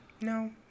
No